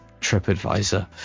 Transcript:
TripAdvisor